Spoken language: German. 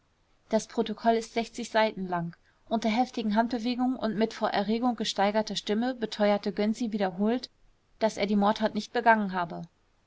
das protokoll ist seiten lang unter heftigen handbewegungen und mit vor erregung gesteigerter stimme beteuerte gönczi wiederholt daß er die mordtat nicht begangen habe